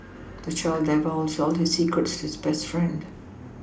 the child divulged all his secrets to his best friend